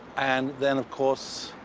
and then, of course,